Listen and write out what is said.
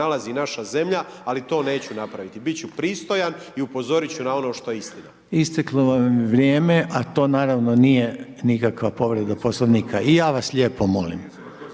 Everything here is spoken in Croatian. nalazi naša zemlja, ali to neću napraviti, biti ću pristojan i upozoriti ću na ono što je istina. **Reiner, Željko (HDZ)** Isteklo vam je vrijeme, a to naravno nije nikakva povreda Poslovnika. I ja vas lijepo molim,